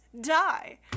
die